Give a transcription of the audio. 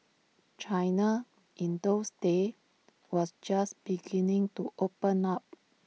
China in those days was just beginning to open up